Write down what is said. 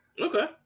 Okay